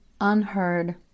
unheard